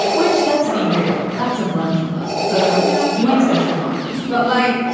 which let's be real. that's a bunch of us. so you ain't special, marcus. but like,